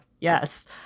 yes